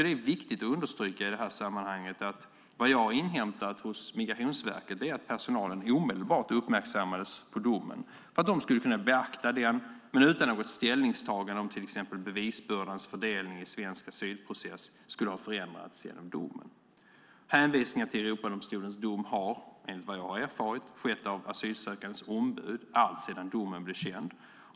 Det är viktigt att understryka att jag har inhämtat hos Migrationsverket att personalen omedelbart uppmärksammades på domen för att de skulle kunna beakta den, utan något ställningstagande när det gäller om bevisbördans fördelning i svensk asylprocess skulle ha förändrats genom domen. Hänvisning till Europadomstolens dom har, enligt vad jag har erfarit, skett av den asylsökandes ombud sedan domen blev känd.